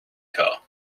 car